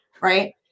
right